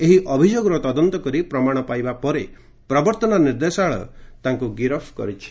ଏହି ଅଭିଯୋଗର ତଦନ୍ତ କରି ପ୍ରମାଣ ପାଇବା ପରେ ପ୍ରବର୍ତ୍ତନ ନିର୍ଦ୍ଦେଶାଳୟ ତାଙ୍କୁ ଗିରଫ କରିଛି